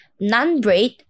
non-bread